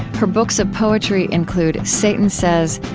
her books of poetry include satan says,